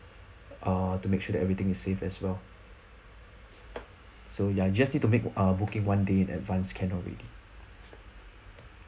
ah to make sure that everything is safe as well so ya you just need to make uh booking one day in advance can already